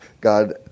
God